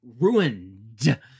ruined